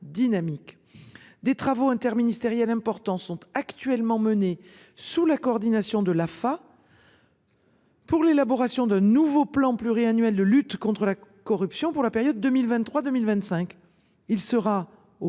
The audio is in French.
dynamique des travaux interministériels importants sont actuellement menées sous la coordination de la fin. Pour l'élaboration d'un nouveau plan pluriannuel de lutte contre la corruption pour la période 2023 2025. Il sera au